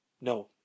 No